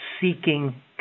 seeking